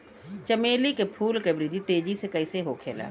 चमेली क फूल क वृद्धि तेजी से कईसे होखेला?